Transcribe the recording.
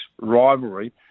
rivalry